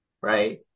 right